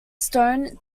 stone